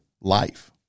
life